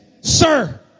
sir